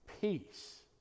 peace